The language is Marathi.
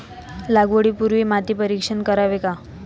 लागवडी पूर्वी माती परीक्षण करावे का?